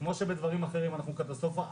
כמו שבדברים אחרים אנחנו בקטסטרופה.